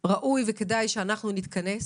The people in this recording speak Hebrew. ראוי וכדאי שנתכנס,